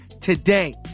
today